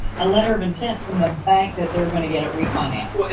a letter of intent from the bank that they're going to get it refinanced.